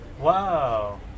Wow